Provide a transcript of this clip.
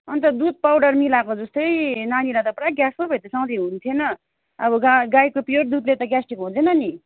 अन्त दुध पाउडर मिलाएको जस्तै नानीलाई त पुरा ग्यास पो भयो त सधैँ हुन्थेन अब गाई गाईको प्योर दुधले त ग्यास्ट्रिक हुँदैन नि